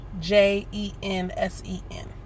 J-E-N-S-E-N